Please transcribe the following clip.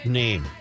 name